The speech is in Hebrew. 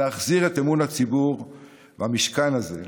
להחזיר את אמון הציבור במשכן הזה,